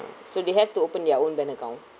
so they have to open their own bank account